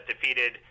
defeated